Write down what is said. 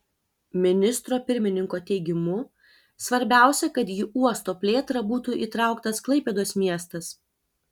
ministro pirmininko teigimu svarbiausia kad į uosto plėtrą būtų įtrauktas klaipėdos miestas